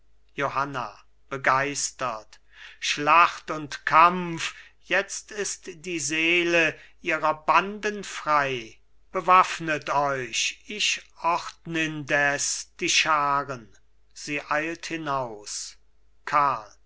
johanna begeistert schlacht und kampf jetzt ist die seele ihrer banden frei bewaffnet euch ich ordn indes die scharen sie eilt hinaus karl